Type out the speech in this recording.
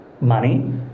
money